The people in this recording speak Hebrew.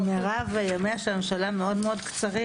מירב, ימיה של הממשלה מאוד קצרים.